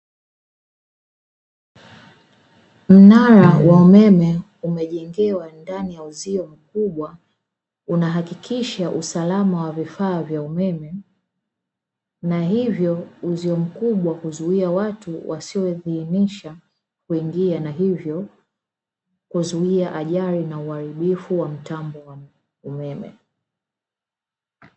Mnara wa umeme umejengewa ndani ya uzio mkubwa, unahakikisha usalama wa vifaa vya umeme na hivyo uzio mkubwa huzuia watu wasioidhinisha kuingia na hivyo kuzuia ajali na uharibifu wa mtambo wa umeme.